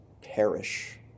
perish